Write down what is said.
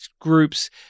groups